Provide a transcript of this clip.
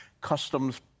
customs